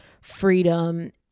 freedom